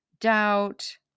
doubt